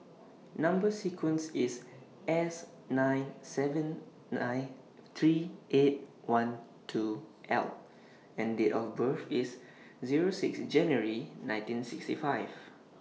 Number sequence IS S nine seven nine three eight one two L and Date of birth IS Zero six January nineteen sixty five